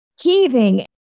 heaving